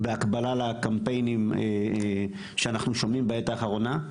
בהקבלה לקמפיינים שאנחנו שומעים בעת האחרונה,